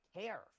care